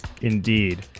Indeed